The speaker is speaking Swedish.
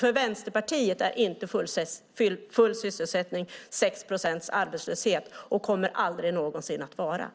För Vänsterpartiet är full sysselsättning inte 6 procents arbetslöshet och kommer aldrig någonsin att vara det.